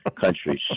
countries